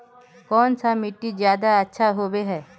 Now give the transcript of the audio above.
कौन सा मिट्टी ज्यादा अच्छा होबे है?